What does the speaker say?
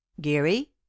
Geary